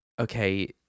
Okay